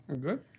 Good